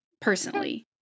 Personally